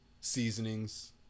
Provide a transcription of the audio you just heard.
seasonings